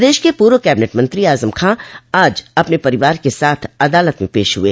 प्रदेश के पूर्व कैबिनेट मंत्री आजम खां आज अपने परिवार के साथ अदालत में पेश हुए